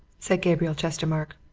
said gabriel chestermarke.